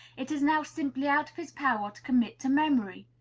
it is now simply out of his power to commit to memory.